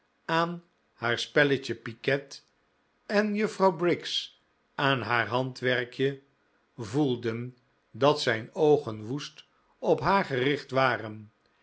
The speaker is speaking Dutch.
aan haar spelletje piquet en juffrouw briggs aan haar handwerkje voelden dat zijn oogen woest op haar gericht waren